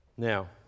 Now